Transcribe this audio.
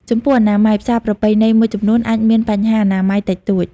ចំពោះអនាម័យ ផ្សារប្រពៃណីមួយចំនួនអាចមានបញ្ហាអនាម័យតិចតួច។